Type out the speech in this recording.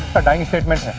a dying statement.